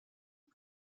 por